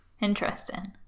interesting